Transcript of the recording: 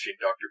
Dr